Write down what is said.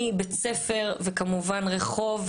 מבית ספר וכמובן רחוב,